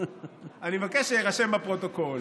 אני מבקש שיירשם בפרוטוקול